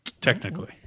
Technically